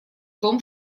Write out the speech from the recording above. том